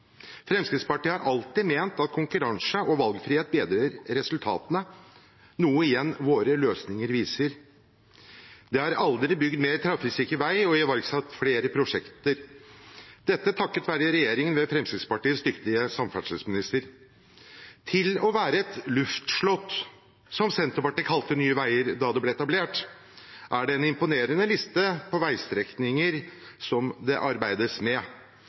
Fremskrittspartiet har alltid ment at konkurranse og valgfrihet bedrer resultatene, noe igjen våre løsninger viser. Det er aldri bygd mer trafikksikker vei og iverksatt flere prosjekter, dette takket være regjeringen ved Fremskrittspartiets dyktige samferdselsminister. Til å være et luftslott, som Senterpartiet kalte Nye veier da det ble etablert, er det en imponerende liste over veistrekninger som det arbeides med: